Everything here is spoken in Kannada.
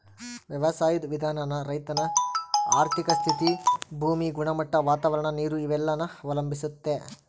ವ್ಯವಸಾಯುದ್ ವಿಧಾನಾನ ರೈತನ ಆರ್ಥಿಕ ಸ್ಥಿತಿ, ಭೂಮಿ ಗುಣಮಟ್ಟ, ವಾತಾವರಣ, ನೀರು ಇವೆಲ್ಲನ ಅವಲಂಬಿಸ್ತತೆ